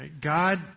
God